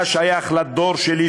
אתה שייך לדור שלי,